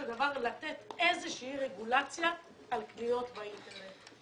דבר לתת איזושהי רגולציה על קניות באינטרנט.